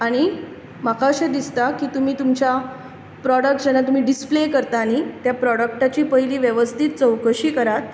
आनी म्हाका अशें दिसता की तुमी तुमच्या प्रॉडक्ट जेन्ना तुमी डिस्प्ले करता न्ही त्या प्रॉडक्टाची पयली वेवस्थीत चवकशी करात